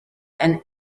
and